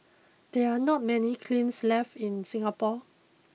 there are not many kilns left in Singapore